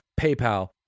PayPal